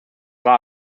war